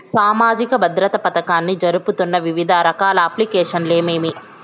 సామాజిక భద్రత పథకాన్ని జరుపుతున్న వివిధ రకాల అప్లికేషన్లు ఏమేమి?